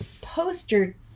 poster